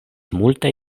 multaj